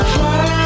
Fly